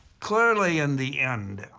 clearly in the end,